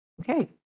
Okay